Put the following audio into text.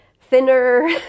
thinner